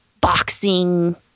boxing